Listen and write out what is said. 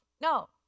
No